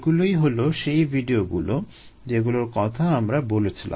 এগুলোই হলো সেই ভিডিওগুলো যেগুলোর কথা আমরা বলেছিলাম